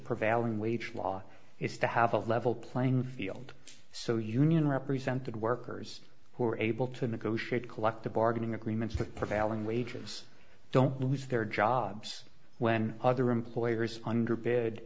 prevailing wage law is to have a level playing field so union represented workers who are able to negotiate collective bargaining agreements that prevailing wages don't lose their jobs when other employers under